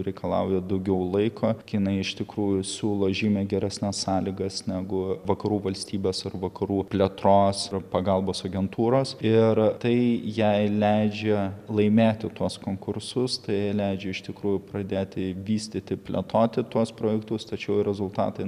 reikalauja daugiau laiko kinai iš tikrųjų siūlo žymiai geresnes sąlygas negu vakarų valstybės ar vakarų plėtros pagalbos agentūros ir tai jai leidžia laimėti tuos konkursus tai jai leidžia iš tikrųjų pradėti vystyti plėtoti tuos projektus tačiau ir rezultatai